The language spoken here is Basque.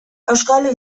auskalo